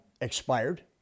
expired